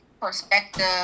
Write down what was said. perspective